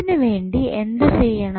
ഇതിനു വേണ്ടി എന്തു ചെയ്യണം